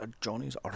Johnny's